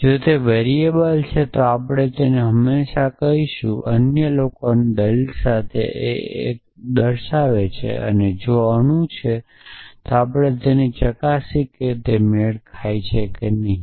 જો તે વેરીએબલ છે તો આપણે તેને હમણાં જ કહી શકું છું અન્ય લોકોની દલીલ સાથે એકતા કરે છે જો તે અણુ છે તો આપણે ચકાસીએ કે તે મેળ ખાતું છે કે નહીં